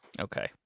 Okay